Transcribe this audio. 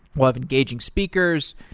web-engaging speakers,